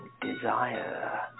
desire